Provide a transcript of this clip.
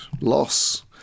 Loss